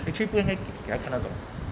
actually 不应该给他看那种